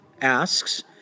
asks